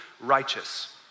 righteous